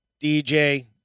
DJ